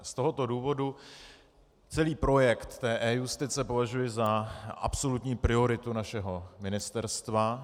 Z tohoto důvodu celý projekt eJustice považuji za absolutní prioritu našeho ministerstva.